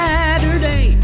Saturday